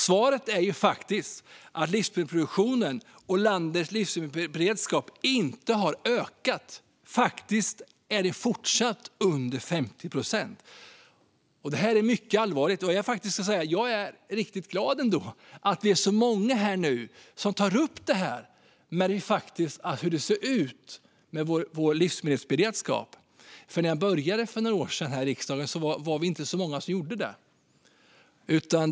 Faktum är att livsmedelsproduktionen och landets livsmedelsberedskap inte har ökat. Den är fortfarande under 50 procent. Det är mycket allvarligt. Jag är ändå riktigt glad att vi nu är så många här som tar upp hur det ser ut med vår livsmedelsberedskap. När jag började här i riksdagen för några år sedan var vi inte så många som gjorde det.